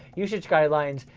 usage guidelines,